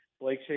Blake